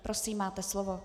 Prosím, máte slovo.